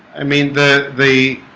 i mean the the